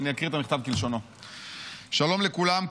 אקריא את המכתב כלשונו: שלום לכולם,